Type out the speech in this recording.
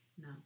No